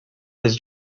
his